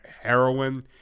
heroin